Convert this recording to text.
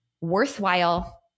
worthwhile